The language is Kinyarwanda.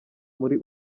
muri